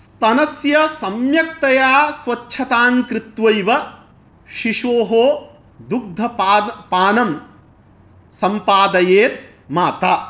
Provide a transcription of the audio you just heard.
स्तनस्य सम्यक्तया स्वच्छतां कृत्वैव शिशोः दुग्धपाद पानं सम्पादयेत् माता